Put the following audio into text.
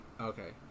okay